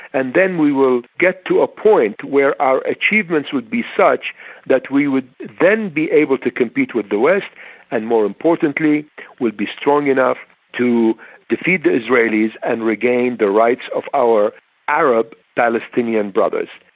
and then we will get to a point where our achievements would be such that we would then be able to compete with the west and more importantly would be strong enough to defeat the israelis and regain the rights of our arab palestinian brothers.